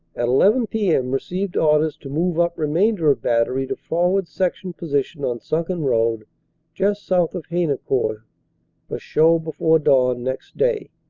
at eleven p m. received orders to move up remainder of battery to forward section position on sunken road just south of haynecourt for show before dawn next day.